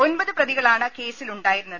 ഒമ്പത് പ്രതികളാണ് കേസിലുണ്ടായിരുന്നത്